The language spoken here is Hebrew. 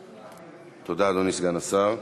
תודה, אדוני סגן השר.